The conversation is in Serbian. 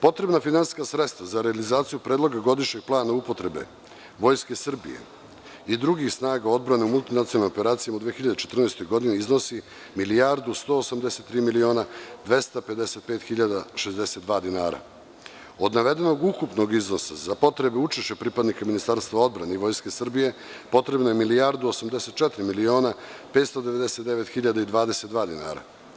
Potrebna finansijska sredstva za realizaciju predloga godišnjeg plana upotrebe Vojske Srbije i drugih snaga odbrane u multinacionalnim operacijama u 2014. godini, iznosi 1.183.255.000,62 dinara, od navedenog ukupnog iznosa za potrebe učešća pripadnika Ministarstva odbrane i Vojske Srbije, potrebno je 1.084.599.000,22 dinara.